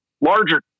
larger